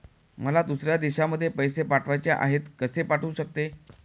मला दुसऱ्या देशामध्ये पैसे पाठवायचे आहेत कसे पाठवू शकते?